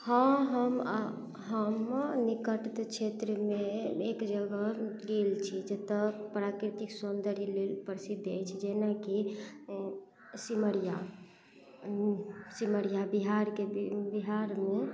हँ हम निकटतम क्षेत्रमे एक जगह गेल छी जतऽ प्राकृतिक सौन्दर्य प्रसिद्ध अछि जेनाकि सिमरिया सिमरिया बिहारके बिहारमे